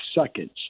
seconds